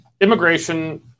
Immigration